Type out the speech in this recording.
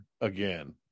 again